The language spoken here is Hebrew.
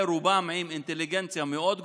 רובם עם אינטליגנציה מאוד גבוהה,